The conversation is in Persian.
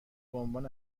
بعنوان